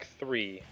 three